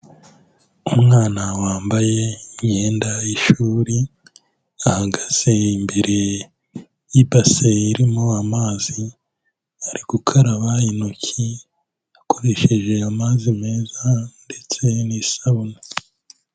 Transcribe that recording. Umwana wambaye imyenda y'ishuri, ahagaze imbere y'ibase irimo amazi, ari gukaraba intoki akoresheje amazi meza ndetse n'isabune.